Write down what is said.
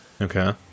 Okay